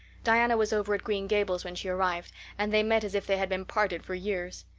diana was over at green gables when she arrived and they met as if they had been parted for years.